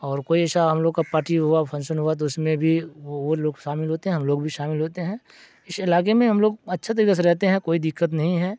اور کوئی ایسا ہم لوگ کا پارٹی ہوا فنکشن ہوا تو اس میں بھی وہ لوگ شامل ہوتے ہیں ہم لوگ بھی شامل ہوتے ہیں اس علاقے میں ہم لوگ اچھے طریقے سے رہتے ہیں کوئی دقت نہیں ہے